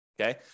Okay